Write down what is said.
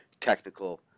technical